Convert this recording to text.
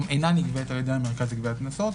אינן נגבית על-ידי המרכז לגביית קנסות,